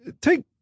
Take